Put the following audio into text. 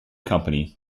company